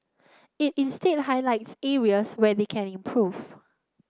it instead highlights areas where they can improve